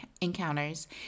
encounters